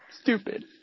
Stupid